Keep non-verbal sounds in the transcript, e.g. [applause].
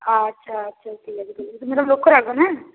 আচ্ছা আচ্ছা ঠিক আছে কিন্তু [unintelligible] লক্ষ্য রাখবেন হ্যাঁ